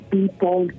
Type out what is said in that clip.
people